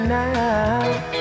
now